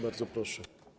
Bardzo proszę.